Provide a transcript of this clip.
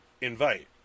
invite